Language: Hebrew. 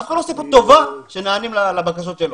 אף אחד לא עושה כאן טובה שנענים לבקשות שלו.